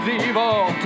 evil